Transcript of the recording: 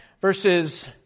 Verses